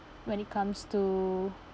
when it comes to